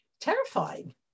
terrifying